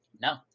No